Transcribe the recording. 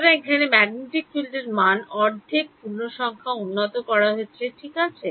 সুতরাং এখানে ম্যাগনেটিক ফিল্ডের মান অর্ধেক পূর্ণ সংখ্যা উন্নত করা হয়েছে ঠিক আছে